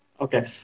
Okay